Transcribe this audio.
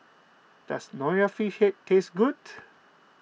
does Nonya Fish Head taste good